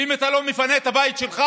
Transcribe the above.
ואם אתה לא מפנה את הבית שלך,